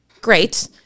Great